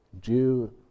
Jew